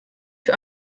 für